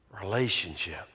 relationship